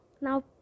now